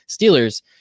Steelers